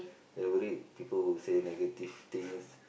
they worried people will say negative things